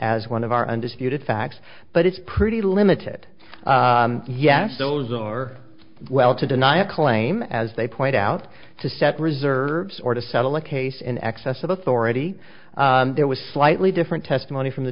as one of our undisputed facts but it's pretty limited yes those are well to deny a claim as they point out to set reserves or to settle a case in excess of authority there was slightly different testimony from the